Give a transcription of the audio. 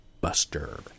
buster